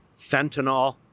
fentanyl